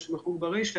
הדבר הזה